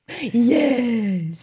Yes